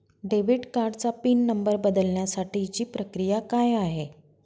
Debit कार्डचा pin number बदलण्यासाठीची प्रक्रिया काय आहे?